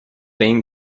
been